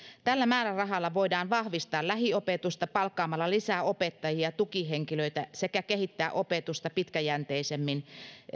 tällä määrärahalla voidaan vahvistaa lähiopetusta palkkaamalla lisää opettajia ja tukihenkilöitä sekä kehittää opetusta pitkäjänteisemmin